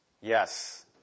Yes